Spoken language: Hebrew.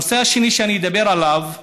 הנושא השני שאני אדבר עליו,